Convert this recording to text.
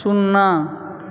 सुन्ना